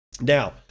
Now